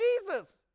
Jesus